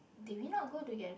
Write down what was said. did we not go together